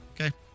okay